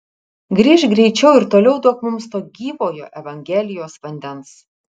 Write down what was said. grįžk greičiau ir toliau duok mums to gyvojo evangelijos vandens